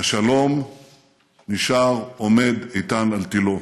השלום נשאר עומד איתן על תילו.